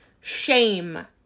Shame